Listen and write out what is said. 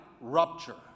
rupture